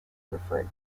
preferred